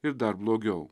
ir dar blogiau